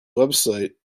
website